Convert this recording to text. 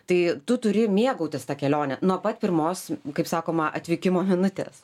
tai tu turi mėgautis ta kelione nuo pat pirmos kaip sakoma atvykimo minutės